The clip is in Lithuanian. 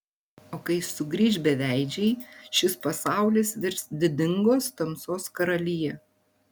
o kai sugrįš beveidžiai šis pasaulis virs didingos tamsos karalija